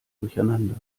durcheinander